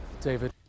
David